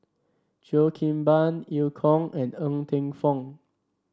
Cheo Kim Ban Eu Kong and Ng Teng Fong